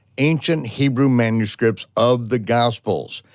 ancient hebrew manuscripts of the gospels.